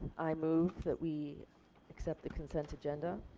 i move that we accept the consent agenda.